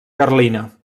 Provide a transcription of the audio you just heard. carlina